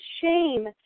shame